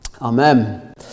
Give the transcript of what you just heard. Amen